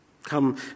come